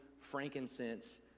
frankincense